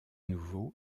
nouveau